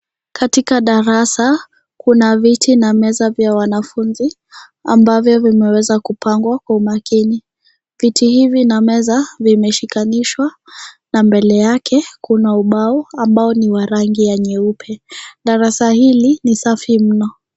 Katika darasa, kuna viti na meza vya wanafunzi, ambavyo vimeweza kupangwa kwa umakini, viti hivi na meza, vimeshikanishwa, na mbele yake kuna, ubao ambao ni wa rangi nyeupe, darasa hili ni safi mno.